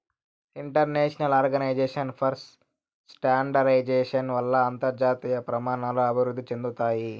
international organisation for standardisation వల్ల అంతర్జాతీయ ప్రమాణాలు అభివృద్ధి చెందుతాయి